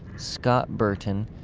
scott burton,